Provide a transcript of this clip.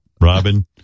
Robin